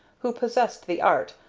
who possessed the art,